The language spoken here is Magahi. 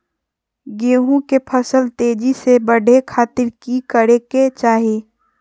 गेहूं के फसल तेजी से बढ़े खातिर की करके चाहि?